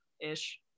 ish